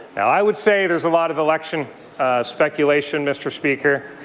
i would say there's a lot of election speculation, mr. speaker.